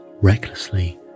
recklessly